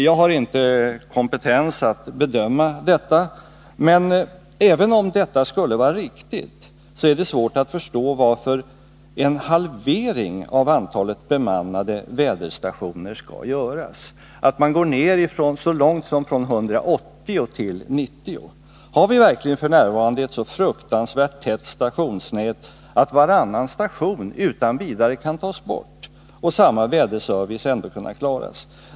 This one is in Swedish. Jag har inte kompetens att bedöma detta, men även om det här skulle vara riktigt är det svårt att förstå varför en halvering av antalet bemannade väderstationer skall göras — att nedskärningen görs så långt som från 180 till 90 stationer. Har vi verkligen f.n. ett så fruktansvärt tätt stationsnät att varannan station utan vidare kan tas bort och samma väderservice ändå kan klaras?